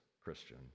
Christian